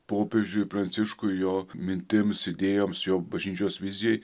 popiežiui pranciškui jo mintims idėjoms jo bažnyčios vizijai